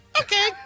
Okay